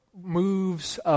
moves